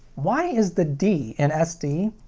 why is the d in sd.